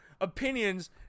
opinions